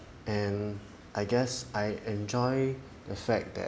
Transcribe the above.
and I guess I enjoy the fact that